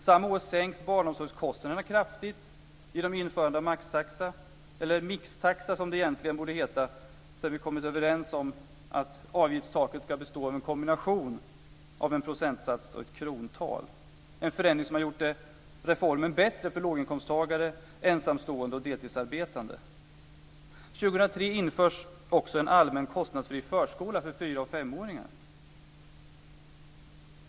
Samma år sänks barnomsorgskostnaderna kraftigt genom införande av maxtaxa - eller mixtaxa som det egentligen borde heta sedan vi kommit överens om att avgiftstaket ska bestå av en kombination av en procentsats och ett krontal. Det är en förändring som har gjort reformen bättre för låginkomsttagare, ensamstående och deltidsarbetande. År 2003 införs också en allmän och kostnadsfri förskola för fyra och femåringar.